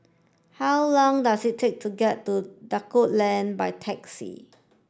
how long does it take to get to Duku Lane by taxi